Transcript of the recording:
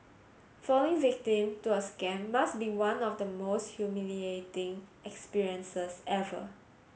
falling victim to a scam must be one of the most humiliating experiences ever